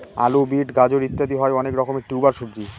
আলু, বিট, গাজর ইত্যাদি হয় অনেক রকমের টিউবার সবজি